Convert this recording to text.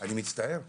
אני מצטער.